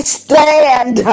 stand